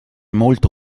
molto